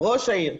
ראש העיר.